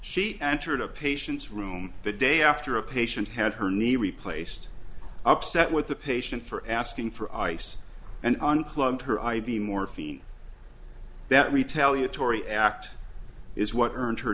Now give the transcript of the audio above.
she entered a patient's room the day after a patient had her knee replaced upset with the patient for asking for ice and unplugged her i v morphine that retaliatory act is what earned her